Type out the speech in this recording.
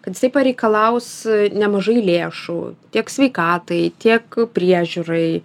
kad jisai pareikalaus nemažai lėšų tiek sveikatai tiek priežiūrai